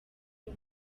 n’u